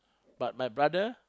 but my brother